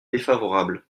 défavorable